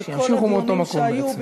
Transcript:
שכל הדיונים שהיו,